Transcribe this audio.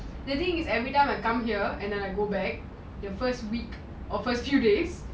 the thing is every time I come here and I go back the first week or first few days